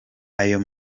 ayo